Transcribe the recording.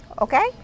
okay